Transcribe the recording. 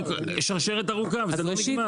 שרשרת ארוכה, וזה לא נגמר.